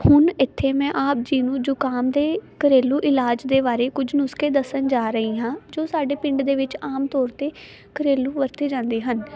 ਹੁਣ ਇੱਥੇ ਮੈਂ ਆਪ ਜੀ ਨੂੰ ਜ਼ੁਕਾਮ ਦੇ ਘਰੇਲੂ ਇਲਾਜ ਦੇ ਬਾਰੇ ਕੁਝ ਨੁਸਕੇ ਦੱਸਣ ਜਾ ਰਹੀ ਹਾਂ ਜੋ ਸਾਡੇ ਪਿੰਡ ਦੇ ਵਿੱਚ ਆਮ ਤੋਰ ਤੇ ਘਰੇਲੂ ਵਰਤੇ ਜਾਂਦੇ ਹਨ